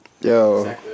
Yo